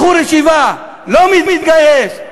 בחור ישיבה לא מתגייס,